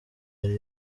ari